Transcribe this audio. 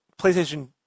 PlayStation